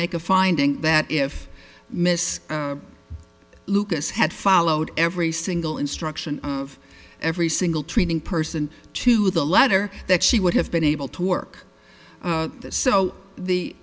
make a finding that if miss lucas had followed every single instruction of every single training person to the letter that she would have been able to work that so the